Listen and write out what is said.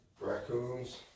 raccoons